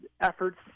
efforts